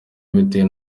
bitewe